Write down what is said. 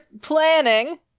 planning-